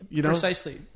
Precisely